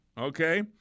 okay